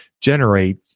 generate